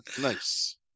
nice